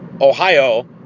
Ohio